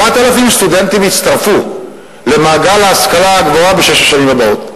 9,000 סטודנטים יצטרפו למעגל ההשכלה הגבוהה בשש השנים הבאות.